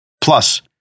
Plus